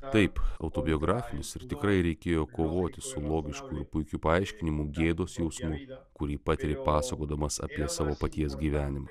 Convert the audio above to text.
taip autobiografijos ir tikrai reikėjo kovoti su logišku ir puikiu paaiškinimu gėdos jausmu kurį patiri pasakodamas apie savo paties gyvenimą